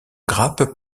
grappes